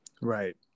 Right